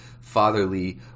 fatherly